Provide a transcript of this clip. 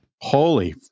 holy